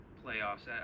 playoffs